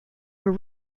were